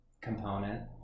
component